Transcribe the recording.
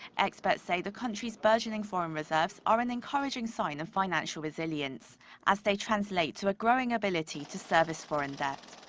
experts say the country's burgeoning foreign reserves are an encouraging sign of financial resilience as they translate to a growing ability to service foreign debt.